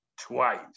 twice